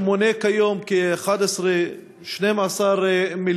שמונה היום 11 12 מיליונים,